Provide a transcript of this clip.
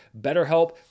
BetterHelp